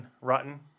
Rotten